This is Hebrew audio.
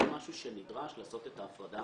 זה לא משהו שנדרש לעשות את ההפרדה המלאכותית